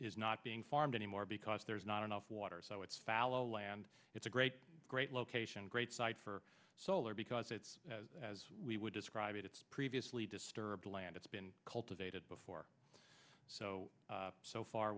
is not being farmed anymore because there's not enough water so it's fallow land it's a great great location great site for solar because it's as we would describe it it's previously disturbed land it's been cultivated before so so far